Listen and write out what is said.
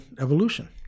evolution